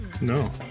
No